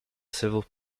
civil